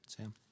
Sam